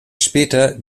später